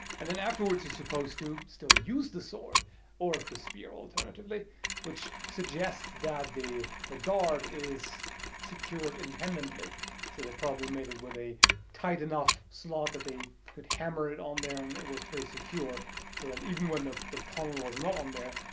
and and afterwards you're supposed to still use the sword or the spear alternatively which suggests that the the guard is secured independently so they probably made it with a tight enough slot so they could hammer it on there and it was pretty secure so that even when the the pommel was not on there